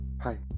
Hi